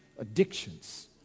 addictions